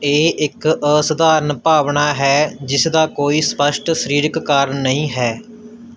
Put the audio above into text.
ਇਹ ਇੱਕ ਅਸਾਧਾਰਨ ਭਾਵਨਾ ਹੈ ਜਿਸ ਦਾ ਕੋਈ ਸਪੱਸ਼ਟ ਸਰੀਰਕ ਕਾਰਨ ਨਹੀਂ ਹੈ